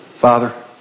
Father